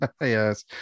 Yes